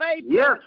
Yes